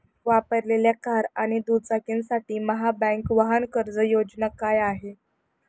वापरलेल्या कार आणि दुचाकीसाठी महाबँक वाहन कर्ज योजना काय आहे?